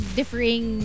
differing